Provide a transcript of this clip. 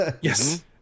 Yes